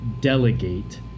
delegate